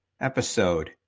episode